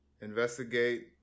investigate